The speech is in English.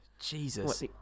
Jesus